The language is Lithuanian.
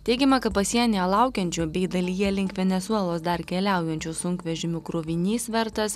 teigiama kad pasienyje laukiančių bei dalyje link venesuelos dar keliaujančių sunkvežimių krovinys vertas